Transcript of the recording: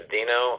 Dino